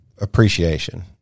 appreciation